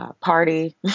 party